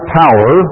power